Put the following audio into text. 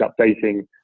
updating